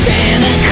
Santa